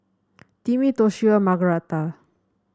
Timmy Toshio Margaretha